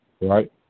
right